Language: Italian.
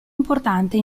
importante